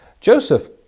Joseph